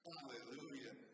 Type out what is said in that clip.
Hallelujah